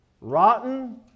rotten